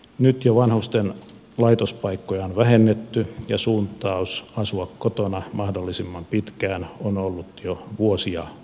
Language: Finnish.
nyt jo vanhusten laitospaikkoja on vähennetty ja suuntaus asua kotona mahdollisimman pitkään on ollut jo vuosia vallalla